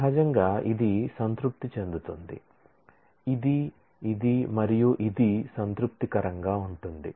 సహజంగా ఇది సంతృప్తి చెందుతుంది ఇది ఇది ఇది సంతృప్తికరంగా ఉంటుంది